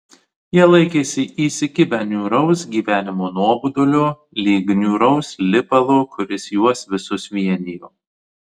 jie laikėsi įsikibę niūraus gyvenimo nuobodulio lyg niūraus lipalo kuris juos visus vienijo